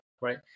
right